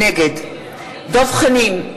נגד דב חנין,